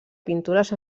pintures